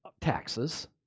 taxes